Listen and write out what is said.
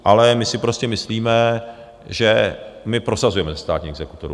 Ale my si prostě myslíme, že... my prosazujeme zestátnění exekutorů.